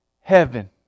heaven